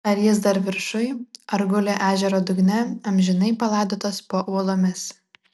ar jisai dar viršuj ar guli ežero dugne amžinai palaidotas po uolomis